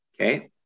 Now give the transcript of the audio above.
Okay